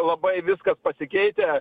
labai viskas pasikeitę